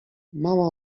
mała